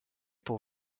pour